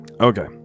Okay